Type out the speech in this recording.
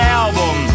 album